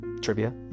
trivia